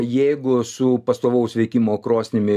jeigu su pastovaus veikimo krosnimi